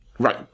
Right